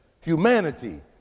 humanity